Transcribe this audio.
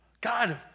God